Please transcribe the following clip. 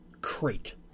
crate